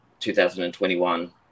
2021